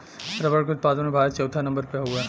रबड़ के उत्पादन में भारत चउथा नंबर पे हउवे